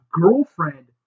girlfriend